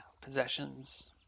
possessions